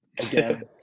Again